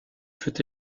fut